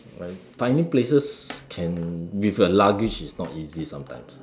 right tiny places can with a luggage is not easy some times